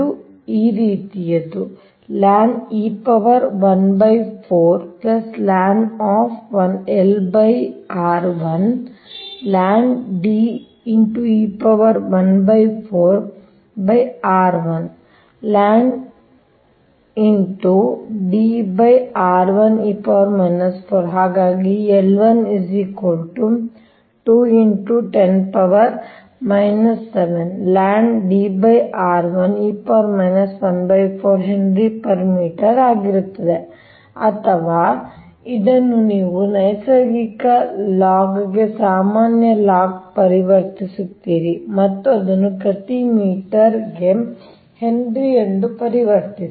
ಇದು ಈ ರೀತಿಯದ್ದು ln e¹⁴ lnlr₁ ln D e¹⁴ r₁ ln D r₁ e ⁻¹⁴ ಹಾಗಾಗಿ L₁ 2 10⁻⁷ ln Dr₁ e ⁻¹⁴ Hm ಆಗಿರುತ್ತದೆ ಅಥವಾ ಇದನ್ನು ನೀವು ನೈಸರ್ಗಿಕ ಲಾಗ್ಗೆ ಸಾಮಾನ್ಯ ಲಾಗ್ ಪರಿವರ್ತಿಸುತ್ತೀರಿ ಮತ್ತು ಅದನ್ನು ಪ್ರತಿ ಮೀಟರ್ಗೆ ಹೆನ್ರಿ ಎಂದು ಪರಿವರ್ತಿಸಿ